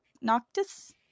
noctis